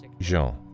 Jean